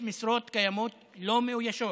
1,000 משרות קיימות לא מאוישות,